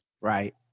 right